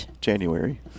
January